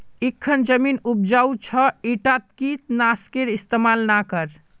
इखन जमीन उपजाऊ छ ईटात कीट नाशकेर इस्तमाल ना कर